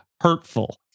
hurtful